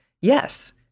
Yes